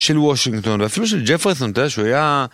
של וושינגטון ואפילו של ג'פארסון. אתה יודע שהוא היה